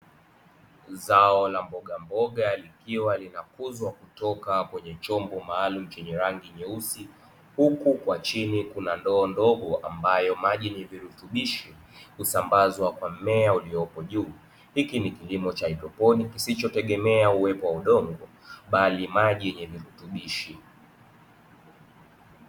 Zao la mbogamboga likiwa linakuzwa kutoka kwenye chombo maalum chenye rangi nyeusi. Huku kwa chini kuna ndoo ndogo ambayo maji na virutubisho husambazwa kwa mmea uliopo juu. Hiki ni kilimo cha haidroponi kisichotegemea uwepo wa udongo, bali maji yenye virutubisho.